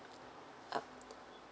uh